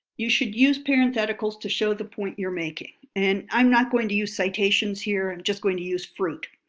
you should use parentheticals to show the point you're making, and i'm not going to use citations here just going to use fruit.